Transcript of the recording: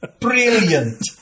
Brilliant